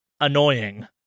annoying